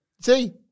See